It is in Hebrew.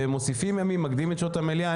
כאשר מוסיפים ימים ומקדימים את שעות המליאה.